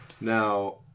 Now